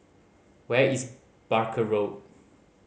where is Barker Road